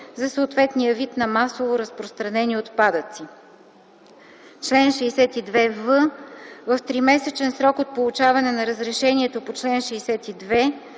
за съответния вид на масово разпространени отпадъци. Чл. 62в. В тримесечен срок от получаване на разрешението по чл. 62,